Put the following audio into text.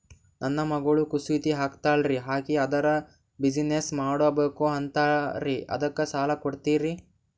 ನನ್ನ ಮಗಳು ಕಸೂತಿ ಹಾಕ್ತಾಲ್ರಿ, ಅಕಿ ಅದರ ಬಿಸಿನೆಸ್ ಮಾಡಬಕು ಅಂತರಿ ಅದಕ್ಕ ಸಾಲ ಕೊಡ್ತೀರ್ರಿ?